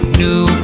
new